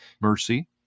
mercy